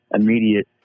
immediate